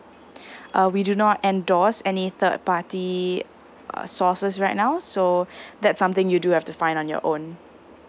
uh we do not endorse any third party err sources right now so that's something you do have to find on your own